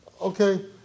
okay